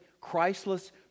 Christless